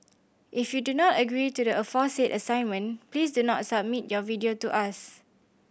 if you do not agree to the aforesaid assignment please do not submit your video to us